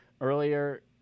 earlier